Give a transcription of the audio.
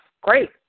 great